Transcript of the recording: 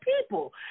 people